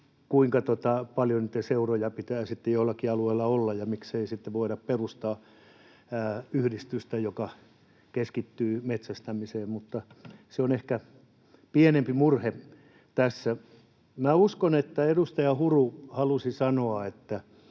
kuinka paljon niitä seuroja pitää sitten joillakin alueilla olla ja miksei sitten voida perustaa yhdistystä, joka keskittyy metsästämiseen. Mutta se on ehkä pienempi murhe tässä. Minä uskon, että edustaja Huru halusi sanoa,